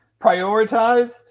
prioritized